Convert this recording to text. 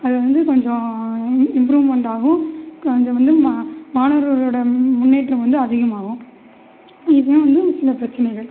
அது வந்து கொஞ்சம் இம்ப்ரூவ்மெண்ட் ஆகும் கொஞ்சம் வந்து மாணவர்களோட முன்னேற்றம் வந்து அதிகமாகும் இதான் வந்து ஒரு சில பிரச்சனைகள்